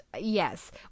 yes